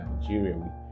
Nigeria